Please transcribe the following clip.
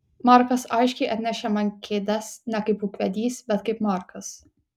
markas aiškiai atnešė man kėdes ne kaip ūkvedys bet kaip markas